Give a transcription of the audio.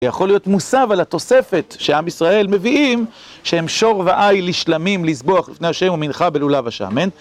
יכול להיות מוסב על התוספת שעם ישראל מביאים שהם שור ואיל לשלמים לסבוח לפני השם ומנחה בלולה בשמן